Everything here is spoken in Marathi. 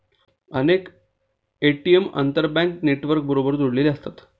अनेक ए.टी.एम आंतरबँक नेटवर्कबरोबर जोडलेले असतात